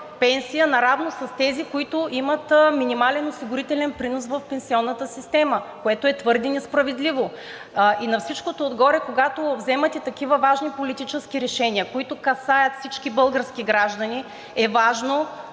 пенсия наравно с тези, които имат минимален осигурителен принос в пенсионната система, което е твърде несправедливо. На всичко отгоре, когато вземате такива важни политически решения, които касаят всички български граждани, е важно